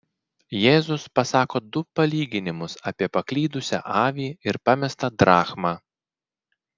jėzus pasako du palyginimus apie paklydusią avį ir pamestą drachmą